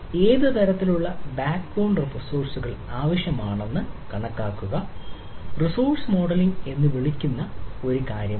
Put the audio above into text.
ഏത് തരത്തിലുള്ള ബാക്ക്ബോൺ റിസോഴ്സുകൾ ആവശ്യമാണെന്ന് കണക്കാക്കുക റിസോഴ്സ് മോഡലിംഗ് എന്ന് വിളിക്കുന്ന ഒരു കാര്യമുണ്ട്